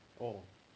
yeah